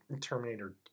Terminator